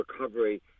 recovery